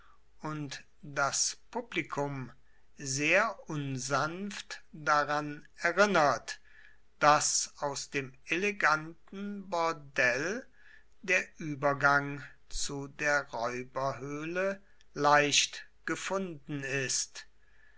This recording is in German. und das publikum sehr unsanft daran erinnert daß aus dem eleganten bordell der übergang zu der räuberhöhle leicht gefunden ist